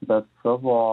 bet savo